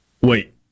Wait